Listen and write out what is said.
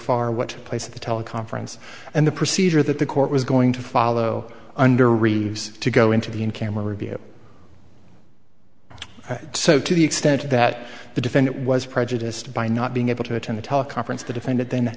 far what to place at the teleconference and the procedure that the court was going to follow under reeves to go into the in camera view so to the extent that the defendant was prejudiced by not being able to attend a teleconference the defendant then